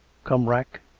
come rack!